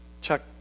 Chuck